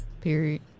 Period